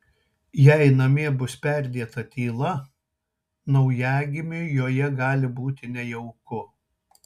jei namie bus perdėta tyla naujagimiui joje gali būti nejauku